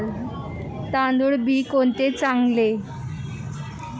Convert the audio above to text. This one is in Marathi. तांदूळ बी कोणते चांगले?